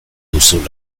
duzu